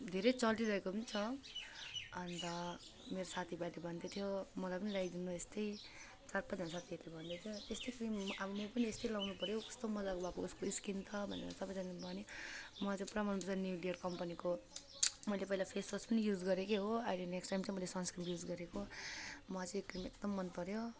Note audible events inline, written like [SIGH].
धेरै चलिरहेको पनि छ अन्त मेरो साथीभाइले भन्दै थियो मलाई पनि ल्याइदिनु यस्तै [UNINTELLIGIBLE] भन्दै थियो यस्तै क्रिम अब म पनि यस्तै लगाउनुपर्यो कस्तो मजाको भएको उसको स्किन त भनेर सबैजनाले भन्यो मलाई चाहिँ पुरा मनपर्छ न्यु लियर कम्पनीको मैले पहिला फेसवास पनि युज गरेकै हो आहिले नेक्स्ट टाइम चाहिँ मैले सन्सक्रिम युज गरेको मलाई चाहिँ यो क्रिम एकदम मनपर्यो